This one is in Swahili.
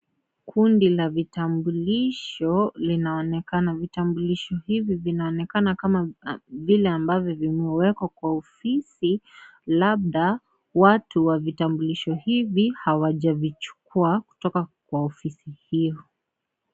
Kundi la vitambulisho inaonekana, vitambulisho hivi vinaonekana kama vile ambavyo vimeonekana kwa ofisi labda watu wa vitambulisho hivi hawajavichukua kutoka kwa ofisi hiyo.